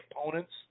opponents –